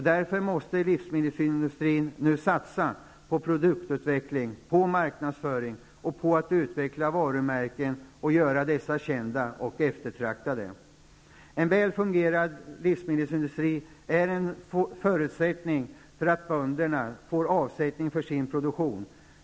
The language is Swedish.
Därför måste livsmedelsindustrin nu satsa på produktutveckling, på marknadsföring och på utveckling av varumärken och göra dessa kända och eftertraktade. En väl fungerande livsmedelsindustri är en förutsättning för att bönderna skall få avsättning för sin produktion.